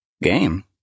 Game